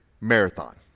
marathon